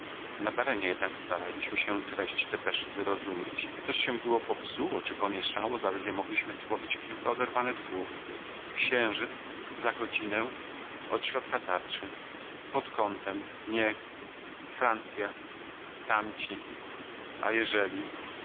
depeszę nadaremnie jednak staraliśmy się treść depeszy wyrozumieć coś się było popsuło czy pomieszało zaledwie mogliśmy złowić kilka oderwanych słów księżyc za godzinę od środka tarczy pod kątem niech francja tamci a jeżeli